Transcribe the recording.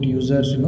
users